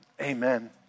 amen